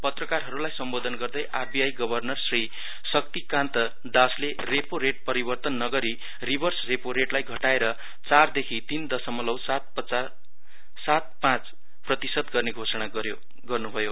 पत्रकारहरूलाई सम्बोधन गर्दै R B I governor Shri Shaktikanta दासले रेपो रेट परिवर्तन नगरी रिभर्स रेपो रेटलाई घटाएर चारदेखि तीन दसमलौ सात पाँच प्रतिशत गर्ने घोषणा गर्नुभयो